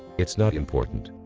it's not important.